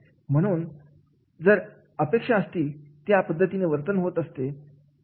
म्हणून जशा अपेक्षा असतील त्या पद्धतीने वर्तन होत असते